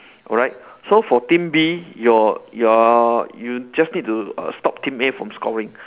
alright so for team B your your you just need err to stop team A from scoring